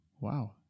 wow